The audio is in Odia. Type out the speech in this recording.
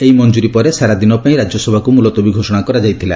ଏହି ମଞ୍ଜୁରୀ ପରେ ସାରା ଦିନ ପାଇଁ ରାଜ୍ୟସଭାକୁ ମୁଲତବୀ ଘୋଷଣା କରାଯାଇଥିଲା